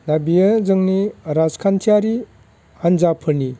दा बियो जोंनि राजखान्थियारि हान्जाफोरनि